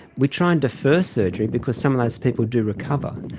we try and defer surgery because some of those people do recover.